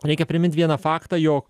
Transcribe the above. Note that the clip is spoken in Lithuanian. reikia primint vieną faktą jog